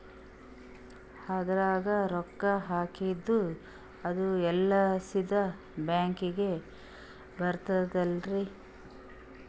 ಅದ್ರಗ ರೊಕ್ಕ ಹಾಕಿದ್ದು ಅದು ಎಲ್ಲಾ ಸೀದಾ ಬ್ಯಾಂಕಿಗಿ ಬರ್ತದಲ್ರಿ?